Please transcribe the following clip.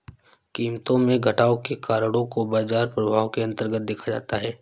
कीमतों में घटाव के कारणों को बाजार प्रभाव के अन्तर्गत देखा जाता है